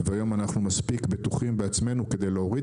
והיום אנחנו מספיק בטוחים בעצמנו כדי להוריד